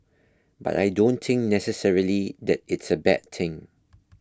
but I don't think necessarily that it's a bad thing